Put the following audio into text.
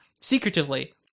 secretively